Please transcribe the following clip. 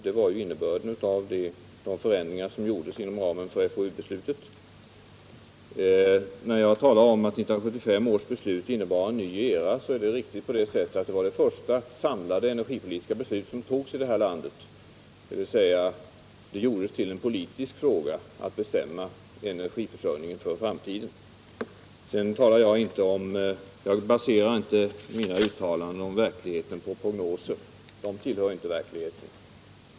Det var ju innebörden av de förändringar som gjordes inom ramen för FoU-beslutet, och jag talade om att 1975 års beslut innebär en nya era på det sättet att det var det första samlade energipolitiska beslut som fattades i landet, dvs. att bestämmandet av energiförsörjningen gjordes till en politisk fråga. Jag baserar inte mina uttalanden om verkligheten på prognoser — sådana tillhör inte verkligheten!